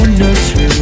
nursery